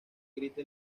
grita